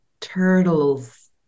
turtles